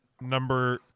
number